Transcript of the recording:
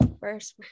first